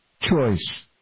choice